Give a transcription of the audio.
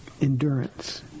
endurance